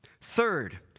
Third